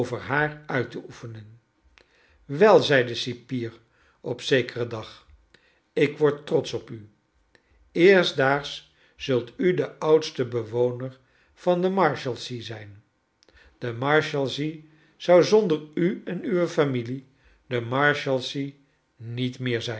haar uit te oefenen wel zei de cipier op zekeren dag ik word trotsch op u eerstdaags zult u de oudste bewoner van de marshalsea zijn de marshalsea zou zonder u en uwe familie de marshalsea niet meer zijn